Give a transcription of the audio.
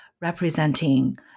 representing